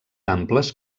amples